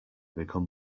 become